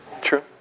True